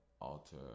alter